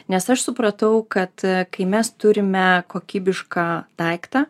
nes aš supratau kad kai mes turime kokybišką daiktą